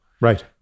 right